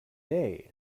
day